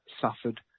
suffered